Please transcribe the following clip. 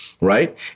right